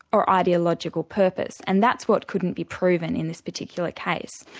or ideological purpose, and that's what couldn't be proven in this particular case.